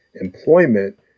employment